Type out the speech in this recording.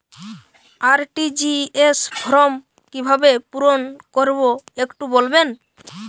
RTGS form কিভাবে পূরণ করবো একটু বলবেন?